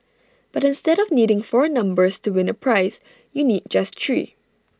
but instead of needing four numbers to win A prize you need just three